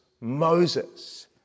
Moses